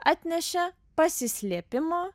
atnešė pasislėpimo